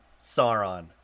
Sauron